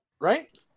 Right